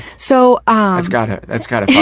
so ah. that's gotta that's gotta